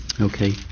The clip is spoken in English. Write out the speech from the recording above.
Okay